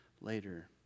later